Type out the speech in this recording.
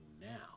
now